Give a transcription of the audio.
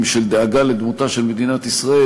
של דאגה לדמותה של מדינת ישראל,